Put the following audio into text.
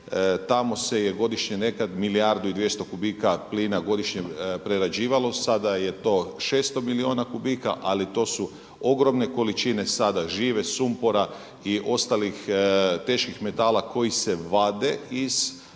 tamo se je godišnje nekada milijardu i 200 kubika plina godišnje prerađivalo, sada je to 600 milijuna kubika ali to su ogromne količine, sada žive, sumpora i ostalih teških metala koji se vade u